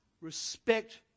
respect